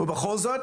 בכל זאת